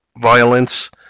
violence